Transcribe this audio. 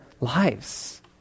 lives